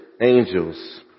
angels